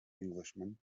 englishman